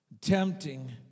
tempting